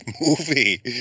movie